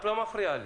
את לא מפריעה לי.